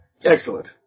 Excellent